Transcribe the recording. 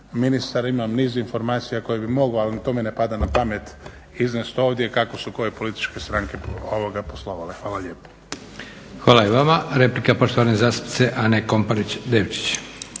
ministar imam niz informacija koje bih mogao, ali to mi ne pada na pamet iznesti ovdje kako su koje političke stranke poslovale. Hvala lijepo.